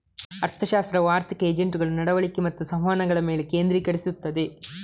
ಅರ್ಥಶಾಸ್ತ್ರವು ಆರ್ಥಿಕ ಏಜೆಂಟುಗಳ ನಡವಳಿಕೆ ಮತ್ತು ಸಂವಹನಗಳ ಮೇಲೆ ಕೇಂದ್ರೀಕರಿಸುತ್ತದೆ